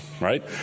right